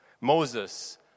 Moses